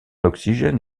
oxygène